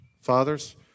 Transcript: Fathers